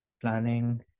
planning